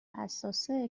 حساسه